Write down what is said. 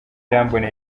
irambona